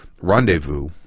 rendezvous